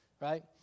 right